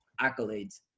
accolades